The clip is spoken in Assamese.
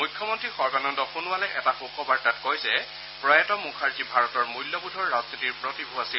মুখ্যমন্ত্ৰী সৰ্বানন্দ সোণোৱালে এটা শোকবাৰ্তাত কয় যে প্ৰয়াত মুখাৰ্জী ভাৰতৰ মূল্যবোধৰ ৰাজনীতিৰ প্ৰতিভূ আছিল